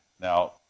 Now